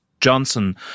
johnson